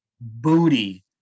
booty